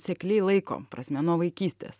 sekliai laiko prasme nuo vaikystės